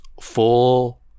full